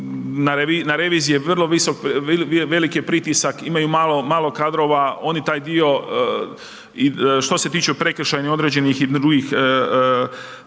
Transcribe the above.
veliki je pritisak, imaju malo kadrova, oni taj dio i što se tiče prekršajnih određenih i drugih,